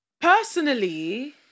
Personally